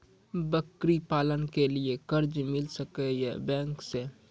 बकरी पालन के लिए कर्ज मिल सके या बैंक से?